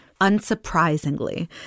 Unsurprisingly